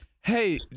Hey